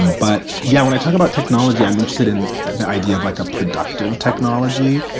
but, yeah, when i talk about technology, i'm interested in the idea of like a productive technology.